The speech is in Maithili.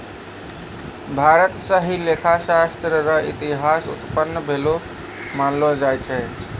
भारत स ही लेखा शास्त्र र इतिहास उत्पन्न भेलो मानलो जाय छै